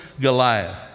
Goliath